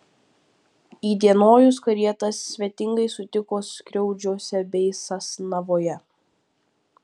įdienojus karietas svetingai sutiko skriaudžiuose bei sasnavoje